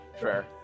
fair